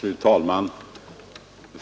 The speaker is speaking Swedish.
Fru talman!